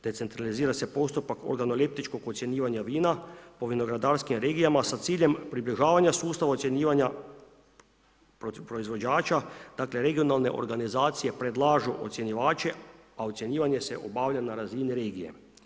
Decentralizira se postupak od analitičkog ocjenjivanja vina u vinogradarskim regijama sa ciljem približavanju sustava ocjenjivanja proizvođača, dakle regionalne organizacije predlažu ocjenjivače, a ocjenjivanje se obavlja na razini regije.